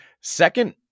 Second